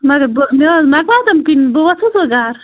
مگر بہٕ مےٚ حظ مےٚ واتَن کِنۍ بہٕ وٲژٕھس حظ گرٕ